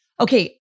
okay